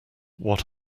what